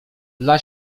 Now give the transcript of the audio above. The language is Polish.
dla